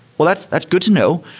well, that's that's good to know.